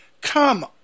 Come